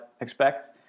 expect